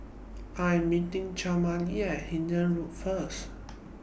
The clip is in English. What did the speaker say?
I Am meeting Camila At Hindhede Road First